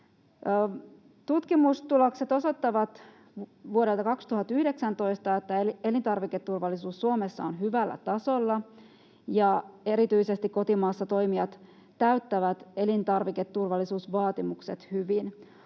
Tutkimustulokset vuodelta 2019 osoittavat, että elintarviketurvallisuus Suomessa on hyvällä tasolla ja erityisesti kotimaassa toimijat täyttävät elintarviketurvallisuusvaatimukset hyvin.